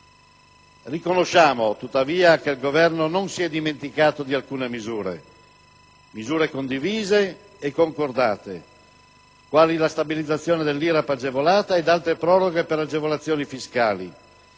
Riconosciamo, tuttavia, che il Governo non si è dimenticato di alcune misure, condivise e concordate, quali la stabilizzazione dell'IRAP agevolata ed altre proroghe per agevolazioni fiscali;